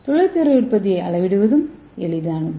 தொழில்துறை உற்பத்தியை அளவிடுவதும் எளிதானது